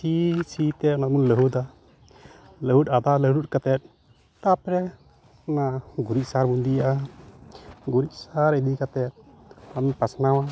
ᱥᱤ ᱥᱤᱛᱮ ᱚᱱᱟᱵᱚᱱ ᱞᱟᱹᱦᱩᱫᱟ ᱞᱟᱹᱦᱩᱫ ᱟᱫᱷᱟ ᱞᱟᱹᱦᱩᱫ ᱠᱟᱛᱮᱫ ᱛᱟᱯᱚᱨᱮ ᱱᱚᱣᱟ ᱜᱩᱨᱤᱡ ᱥᱟᱦᱟᱨᱵᱚ ᱤᱫᱤᱭᱟᱜᱼᱟ ᱜᱩᱨᱤᱡ ᱥᱟᱦᱟᱨ ᱤᱫᱤ ᱠᱟᱛᱮᱫ ᱚᱱᱟᱵᱚ ᱯᱟᱥᱱᱟᱣ